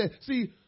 see